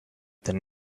than